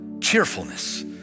cheerfulness